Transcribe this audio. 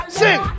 sing